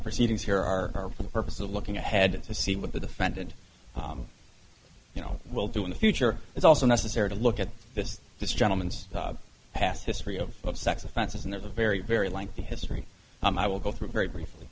proceedings here are for the purpose of looking ahead to see what the defendant you know will do in the future it's also necessary to look at this this gentleman's club past history of sex offenses and there's a very very lengthy history i'm i will go through very briefly